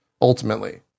ultimately